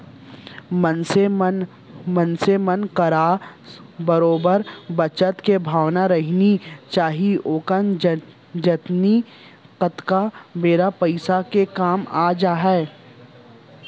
मनसे मन करा बरोबर बचत के भावना रहिना चाही कोन जनी कतका बेर पइसा के काम आ जावय